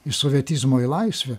iš sovietizmo į laisvę